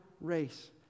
race